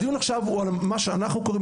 הדיון עכשיו הוא על מה שאנחנו קוראים